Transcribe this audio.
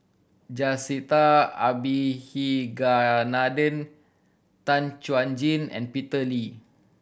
Jacintha Abisheganaden Tan Chuan Jin and Peter Lee